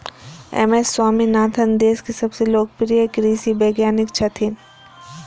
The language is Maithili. एम.एस स्वामीनाथन देशक सबसं लोकप्रिय कृषि वैज्ञानिक छथि